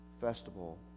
festival